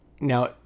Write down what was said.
now